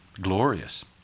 glorious